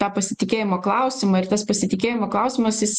tą pasitikėjimo klausimą ir tas pasitikėjimo klausimas jis